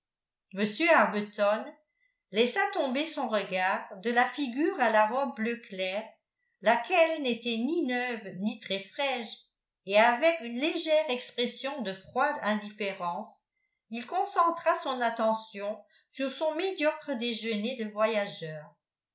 m arbuton laissa tomber son regard de la figure à la robe bleu clair laquelle n'était ni neuve ni très fraîche et avec une légère expression de froide indifférence il concentra son attention sur son médiocre déjeuner de voyageur